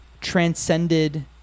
transcended